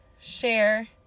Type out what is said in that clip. share